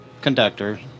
conductor